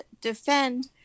defend